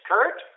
Kurt